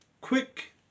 quick